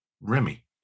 Remy